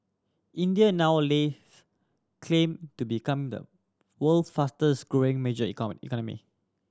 India now lays claim to become the world's fastest growing major economy